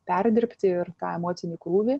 perdirbti ir tą emocinį krūvį